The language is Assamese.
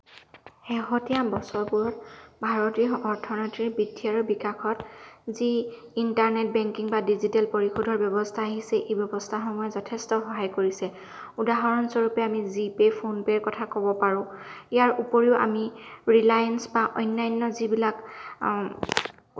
শেহতীয়া বছৰবোৰত ভাৰতীয় অৰ্থনীতিৰ বৃদ্ধি আৰু বিকাশত যি ইণ্টাৰনেট বেংকিং বা ডিজিটেল পৰিশোধৰ ব্যৱস্থা আহিছে সেই ব্যৱস্থাসমূহে যথেষ্ট সহায় কৰিছে উদাহৰণস্বৰূপে আমি জিপে' ফোনপে'ৰ কথা ক'ব পাৰোঁ ইয়াৰ উপৰিও আমি ৰিলায়েঞ্চ বা অন্যান্য যিবিলাক